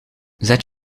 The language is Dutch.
zet